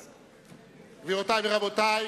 (חותם על ההצהרה) גבירותי ורבותי.